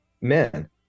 men